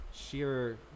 Sheer